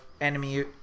enemy